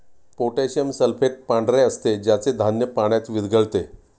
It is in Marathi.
पोटॅशियम सल्फेट पांढरे असते ज्याचे धान्य पाण्यात विरघळते